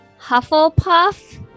Hufflepuff